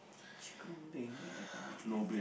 she combing at eleven a_m